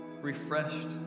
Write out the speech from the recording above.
refreshed